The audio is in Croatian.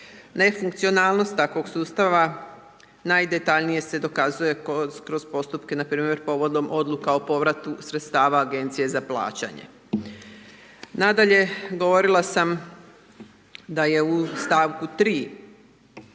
Nefunkcionalnost takvog sustava najdetaljnije se dokazuje kroz postupke npr. povodom odluka o povratu sredstava Agencije za plaćanje. Nadalje, govorila sam da je u st. 3.